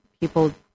people